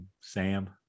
sam